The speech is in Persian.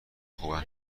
خوبن